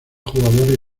jugadores